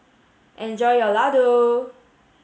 enjoy your Ladoo